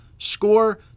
score